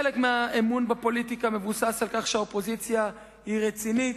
חלק מהאמון בפוליטיקה מבוסס על כך שהאופוזיציה היא רצינית,